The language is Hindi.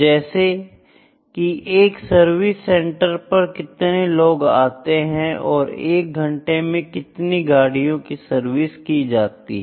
जैसे कि एक सर्विस सेंटर पर कितने लोग आते हैं और 1 घंटे में कितनी गाड़ियों की सर्विस की जाती है